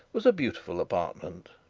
was a beautiful apartment.